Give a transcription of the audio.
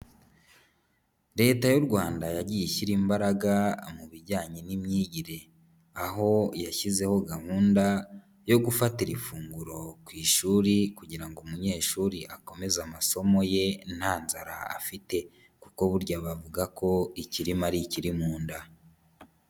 Leta y'u Rwanda yagiye ishyira imbaraga mu bijyanye n'imyigire. Aho yashyizeho gahunda yo gufatira ifunguro ku ishuri kugira ngo umunyeshuri akomeze amasomo ye nta nzara afite. Kuko burya bavuga ko ikirema ari ikiri mu nda.